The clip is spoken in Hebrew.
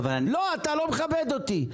אתה לא מכבד אותי.